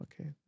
okay